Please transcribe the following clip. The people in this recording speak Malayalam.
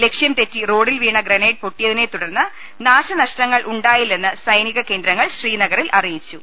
ലക്ഷ്യം തെറ്റി റോഡിൽ വീണ ഗ്രന്റൈഡ് പൊട്ടിയതിനെ തുടർന്ന് നാശനഷ്ടങ്ങൾ ഉണ്ടായില്ലെന്ന് സ്നൈനിക കേന്ദ്രങ്ങൾ ശ്രീനഗ റിൽ അറിയിച്ചു